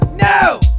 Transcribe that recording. No